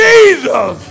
Jesus